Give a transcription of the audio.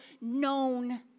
known